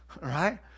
Right